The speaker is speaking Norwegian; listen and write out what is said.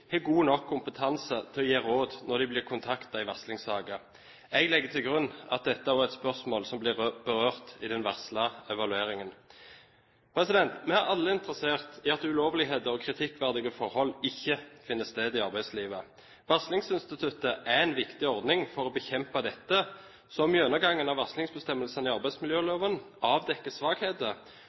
har god nok kompetanse til å gi råd når de blir kontaktet i varslingssaker. Jeg legger til grunn at dette også er et spørsmål som blir berørt i den varslede evalueringen. Vi er alle interessert i at ulovligheter og kritikkverdige forhold ikke finner sted i arbeidslivet. Varslingsinstituttet er en viktig ordning for å bekjempe dette. Så om gjennomgangen av varslingsbestemmelsene i arbeidsmiljøloven avdekker svakheter,